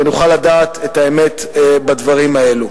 ונוכל לדעת את האמת בדברים האלה.